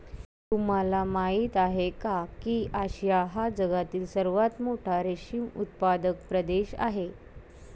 तुम्हाला माहिती आहे का की आशिया हा जगातील सर्वात मोठा रेशीम उत्पादक प्रदेश आहे